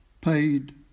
paid